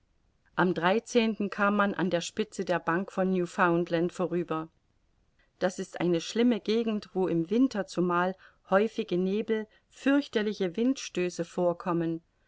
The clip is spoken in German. am kam man an der spitze der bank von newfoundland vorüber das ist eine schlimme gegend wo im winter zumal häufige nebel fürchterliche windstöße vorkommen